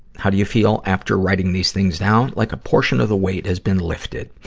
how do you feel after writing these things down? like a portion of the weight has been lifted.